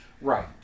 Right